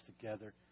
together